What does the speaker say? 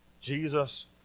Jesus